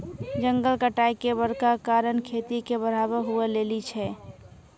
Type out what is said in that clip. जंगल कटाय के बड़का कारण खेती के बढ़ाबै हुवै लेली छै